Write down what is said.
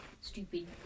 stupid